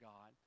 God